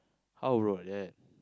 how bro like that